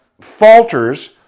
falters